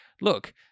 look